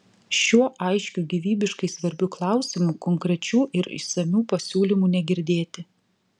šiuo aiškiu gyvybiškai svarbiu klausimu konkrečių ir išsamių pasiūlymų negirdėti